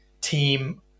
team